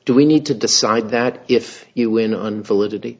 do we need to decide that if you win on validity